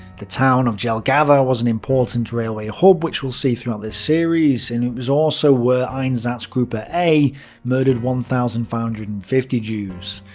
the town of jelgava was an important railway hub which we'll see throughout this series. and it was also where einsatzgruppe a murdered one thousand five hundred and fifty jews.